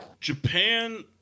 Japan